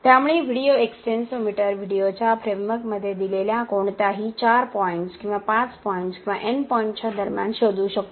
त्यामुळे video extensometer व्हिडिओच्या फ्रेमवर्कमध्ये दिलेल्या कोणत्याही 4 पॉइंट्स किंवा 5 पॉइंट्स किंवा n पॉइंट्सच्या दरम्यान शोधू शकतो